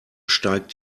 steigt